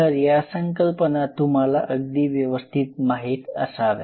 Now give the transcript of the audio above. तर या संकल्पना तुम्हाला अगदी व्यवस्थित माहीत असाव्या